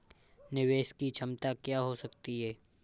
निवेश की क्षमता क्या हो सकती है?